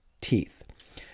teeth